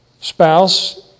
spouse